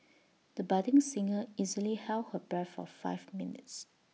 the budding singer easily held her breath for five minutes